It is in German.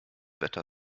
wetter